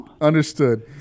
Understood